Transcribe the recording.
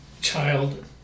child